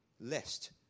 lest